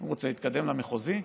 רוצה להתקדם למחוזי,